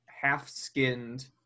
half-skinned